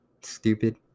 Stupid